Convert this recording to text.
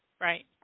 Right